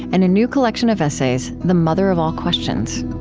and a new collection of essays, the mother of all questions